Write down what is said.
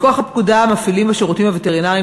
מכוח הפקודה מפעילים השירותים הווטרינריים